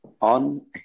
on